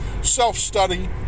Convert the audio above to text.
self-study